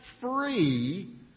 free